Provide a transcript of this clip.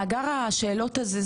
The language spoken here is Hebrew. מאגר השאלות הזה,